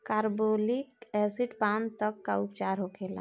Carbolic acid पान तब का उपचार होखेला?